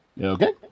Okay